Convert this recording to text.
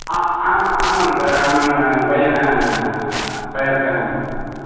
அ ஆமாம் ஆமாங்க சார் ஆமாம்ங்க நான் பையன் ஃபயாஸ் கான்